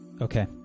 Okay